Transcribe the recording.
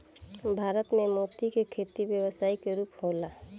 भारत में मोती के खेती व्यावसायिक रूप होला